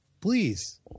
please